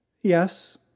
Yes